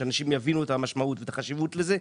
שאנשים יבינו את המשמעות ואת החשיבות של זה,